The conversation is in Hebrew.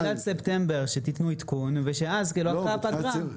תנו עדכון בתחילת ספטמבר, ואז כאילו אחרי הפגרה.